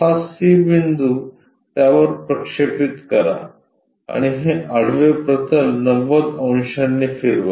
हा C बिंदू त्यावर प्रक्षेपित करा आणि हे आडवे प्रतल 90 अंशांनी फिरवा